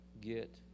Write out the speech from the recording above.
get